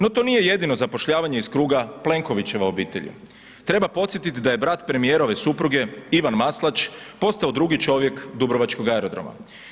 No to nije jedino zapošljavanje iz kruga Plenkovićeve obitelji, treba podsjetiti da je brat premijerove supruge Ivan Maslač postao drugi čovjek Dubrovačkog aerodroma.